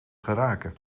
geraken